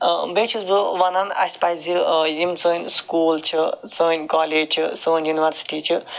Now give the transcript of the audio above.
بیٚیہِ چھُس بہٕ ونان اَسہِ پَزِ یِم سٲنۍ سُکول چھِ سٲنۍ کالیج چھِ سٲنۍ یُنورسٹی چھِ